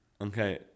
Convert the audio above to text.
Okay